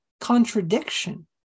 contradiction